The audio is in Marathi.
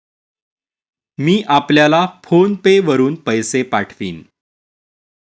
मी आपल्याला फोन पे वरुन पैसे पाठवीन